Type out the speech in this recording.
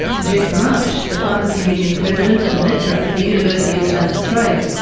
geoff march, the pharmacy union president and lecturer at the university of south australia,